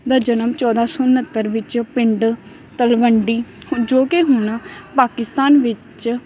ਦਾ ਜਨਮ ਚੌਂਦਾਂ ਸੌ ਉਣਹੱਤਰ ਵਿੱਚ ਪਿੰਡ ਤਲਵੰਡੀ ਜੋ ਕਿ ਹੁਣ ਪਾਕਿਸਤਾਨ ਵਿੱਚ